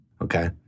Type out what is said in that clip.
Okay